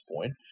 point